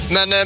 Men